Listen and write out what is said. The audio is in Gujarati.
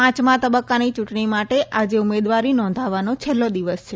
પાંચમા તબક્કાની ચૂંટણી માટે આજે ઉમેદવારી નોંધવવાનો છેલ્લો દિવસ છે